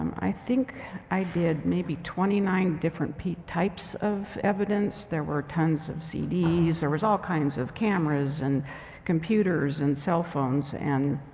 um i think i did maybe twenty nine different p types of evidence. there were tons of cds. there was all kinds of cameras and computers and cell phones. and